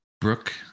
Brooke